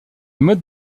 modes